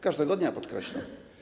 Każdego dnia, podkreślę.